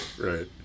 right